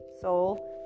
soul